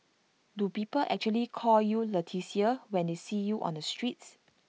do people actually call you Leticia when they see you on the streets